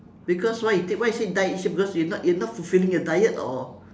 because why you take why you say die each day because you are not you are not fulfilling your diet or